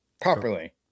properly